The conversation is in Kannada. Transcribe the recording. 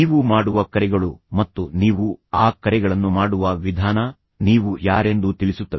ನೀವು ಮಾಡುವ ಕರೆಗಳು ಮತ್ತು ನೀವು ಆ ಕರೆಗಳನ್ನು ಮಾಡುವ ವಿಧಾನ ನೀವು ಯಾರೆಂದು ಅವರು ತಿಳಿಸುತ್ತವೆ